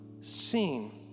seen